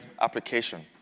application